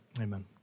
Amen